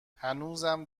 هنوزم